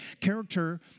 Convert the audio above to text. Character